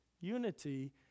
Unity